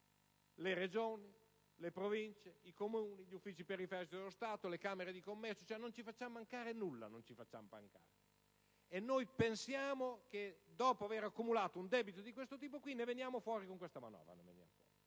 le Regioni, le Province, i Comuni, gli uffici periferici dello Stato, le camere di commercio. Non ci facciamo mancare nulla! E pensiamo che dopo aver accumulato un debito di questo tipo ne veniamo fuori con questa manovra?